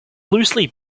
loosely